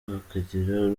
hakagira